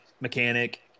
mechanic